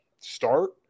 start